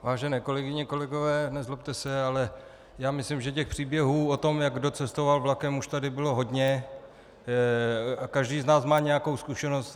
Vážené kolegyně, kolegové, nezlobte se, ale myslím, že těch příběhů o tom, jak kdo cestoval vlakem, už tady bylo hodně a každý z nás má nějakou zkušenost.